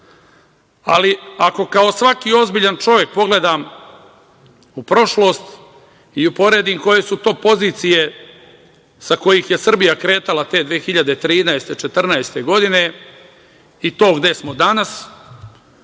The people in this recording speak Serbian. Ako kao svaki ozbiljan čovek pogledam u prošlost i uporedim koje su to pozicije sa kojih je Srbija krenula te 2013, 2014. godine i to gde smo danas,